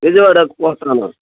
విజయవాడకు పోతున్నాను